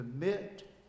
commit